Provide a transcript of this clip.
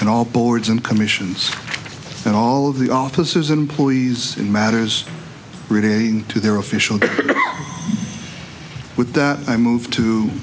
and all boards and commissions and all of the offices employees in matters reading to their official with that i move to